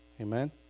amen